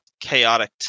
chaotic